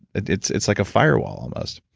it's it's like a firewall almost.